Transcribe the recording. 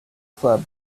club